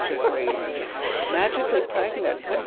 magically magically pregnant,